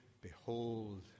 behold